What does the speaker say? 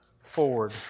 forward